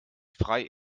frei